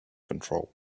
control